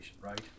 right